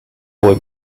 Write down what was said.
boy